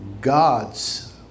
god's